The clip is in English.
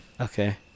Okay